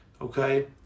okay